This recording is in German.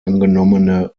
angenommene